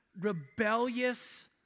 rebellious